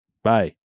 Bye